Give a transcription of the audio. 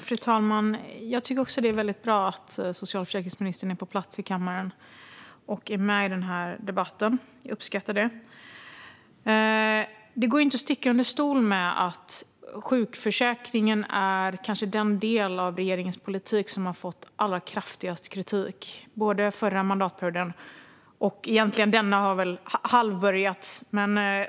Fru talman! Jag tycker att det är bra att socialförsäkringsministern är på plats i kammaren och är med i debatten - jag uppskattar det. Det går inte att sticka under stol med att sjukförsäkringen kanske är den del av regeringens politik som har fått allra kraftigast kritik, både under den förra mandatperioden och denna, som väl egentligen har halvbörjats.